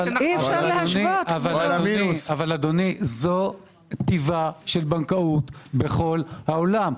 אבל אדוני, זו טיבה של בנקאות בכל העולם.